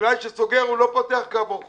חקלאי שסוגר לא פותח כעבור חודש.